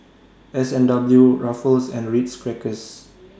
S and W Ruffles and Ritz Crackers